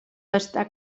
està